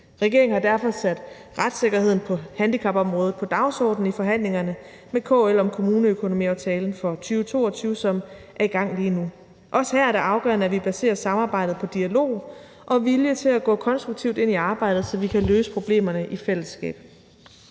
Regeringen har derfor sat retssikkerheden på handicapområdet på dagsordenen i forhandlingerne med KL om kommuneøkonomiaftalen for 2022, som er i gang lige nu. Også her er det afgørende, at vi baserer samarbejdet på dialog og vilje til at gå konstruktivt ind i arbejdet, så vi kan løse problemerne i fællesskab.